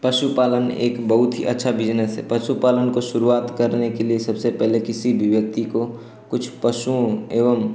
पशु पालन एक बहुत ही अच्छा बिज़नेस है पशु पालन की शुरुआत करने के लिए सबसे पहले किसी भी व्यक्ति को कुछ पशुओं एवं